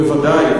בוודאי.